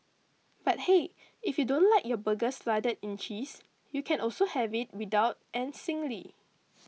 but hey if you don't like your burgers flooded in cheese you can also have it without and singly